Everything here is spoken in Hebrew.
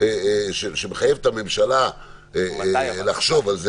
שמחייב את הממשלה לחשוב על זה,